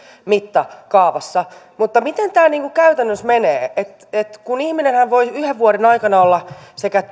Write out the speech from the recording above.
mittakaavassa mutta miten tämä niin kuin käytännössä menee kun ihminenhän voi yhden vuoden aikana olla sekä